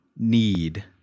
need